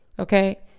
Okay